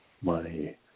money